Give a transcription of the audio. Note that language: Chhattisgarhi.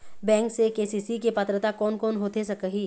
बैंक से के.सी.सी के पात्रता कोन कौन होथे सकही?